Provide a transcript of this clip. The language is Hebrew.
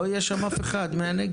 לא יהיה שם אף אחד מהנגב.